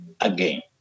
again